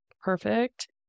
perfect